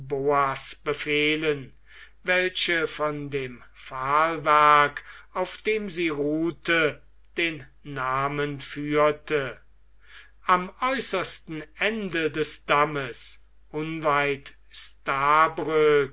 befehlen welche von dem pfahlwerk auf dem sie ruhte den namen führte am äußersten ende des dammes unweit